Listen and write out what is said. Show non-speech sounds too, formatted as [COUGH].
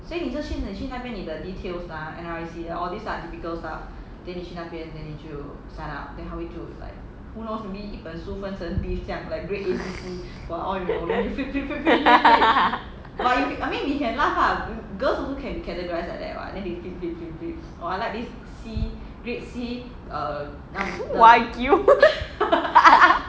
[LAUGHS] wagyu [LAUGHS]